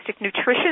nutrition